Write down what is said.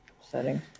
setting